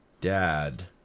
dad